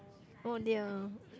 oh dear